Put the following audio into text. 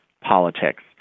politics